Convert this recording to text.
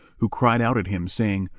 who cried out at him, saying,